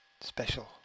special